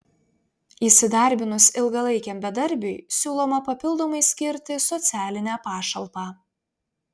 įsidarbinus ilgalaikiam bedarbiui siūloma papildomai skirti socialinę pašalpą